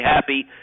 happy